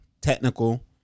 technical